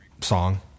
song